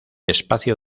espacio